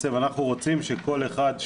אנחנו רוצים שכל אחד,